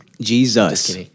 Jesus